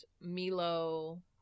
Milo